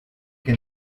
que